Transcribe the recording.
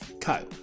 Kyle